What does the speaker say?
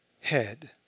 head